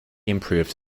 improved